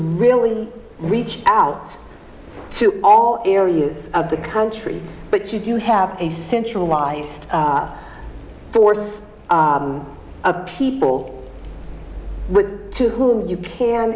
really reach out to all areas of the country but you do have a centralized force of people to whom you ca